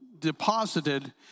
deposited